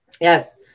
Yes